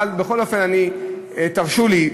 אבל בכל אופן, תרשו לי,